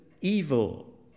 evil